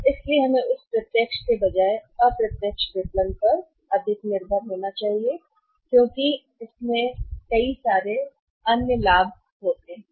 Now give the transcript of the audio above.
इसलिए हमें उस प्रत्यक्ष के बजाय अप्रत्यक्ष विपणन पर अधिक निर्भर होना चाहिए अप्रत्यक्ष विपणन के कई अन्य लाभों के कारण विपणन